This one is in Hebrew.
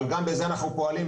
אבל גם בזה אנחנו פועלים.